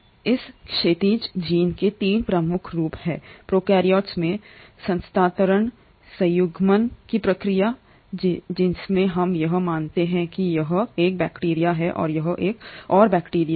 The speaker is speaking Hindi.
इस क्षैतिज जीन के 3 प्रमुख रूप हैं प्रोकैरियोट्स में स्थानांतरणसंयुग्मन की प्रक्रिया जिसमें हम यह मानते हैं कि यह एक बैक्टीरिया है और यह एक और बैक्टीरिया है